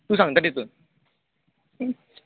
तू सांगता तातून